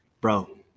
bro